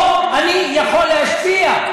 פה אני יכול להשפיע.